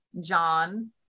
John